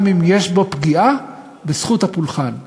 גם אם יש בו פגיעה בזכות הפולחן שלנו.